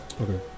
okay